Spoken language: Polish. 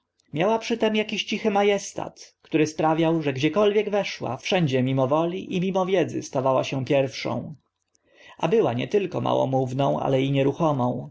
miała przy tym akiś cichy ma estat który sprawiał że gdziekolwiek weszła wszędzie mimo woli i mimo wiedzy stawała się pierwszą a była nie tylko małomówną ale i nieruchomą